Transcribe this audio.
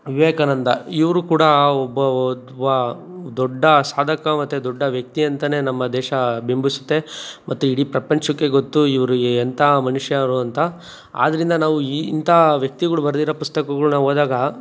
ವಿವೇಕಾನಂದ ಇವರು ಕೂಡ ಒಬ್ಬ ದೊಡ್ಡ ಸಾಧಕ ಮತ್ತು ದೊಡ್ಡ ವ್ಯಕ್ತಿ ಅಂತ ನಮ್ಮ ದೇಶ ಬಿಂಬಿಸುತ್ತೆ ಮತ್ತು ಇಡೀ ಪ್ರಪಂಚಕ್ಕೆ ಗೊತ್ತು ಇವರು ಎಂಥ ಮನುಷ್ಯರು ಅಂತ ಆದ್ರಿಂದ ನಾವು ಈ ಇಂಥ ವ್ಯಕ್ತಿಗಳು ಬರೆದಿರೋ ಪುಸ್ತಕಗಳ್ನ ಓದ್ದಾಗ